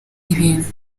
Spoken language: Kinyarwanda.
ibintu